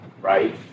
right